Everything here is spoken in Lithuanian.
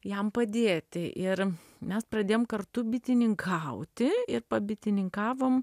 jam padėti ir mes pradėjom kartu bitininkauti ir pabitininkavom